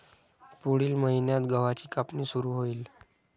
पुढील महिन्यात गव्हाची कापणी सुरू होईल